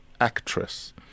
actress